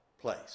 place